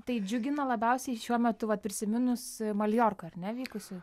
tai džiugina labiausiai šiuo metu vat prisiminus maljorkoj ar ne vykusį